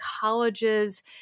colleges